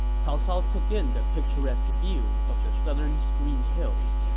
cao cao took in the picturesque view of the southern screen hills.